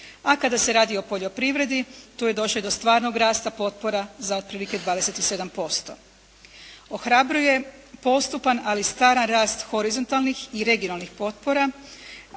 A kada se radi o poljoprivredi tu je došlo i do stvarnog rasta potpora za otprilike 27%. Ohrabruje postupan ali stvaran rast horizontalnih i regionalnih potpora